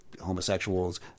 homosexuals